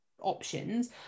options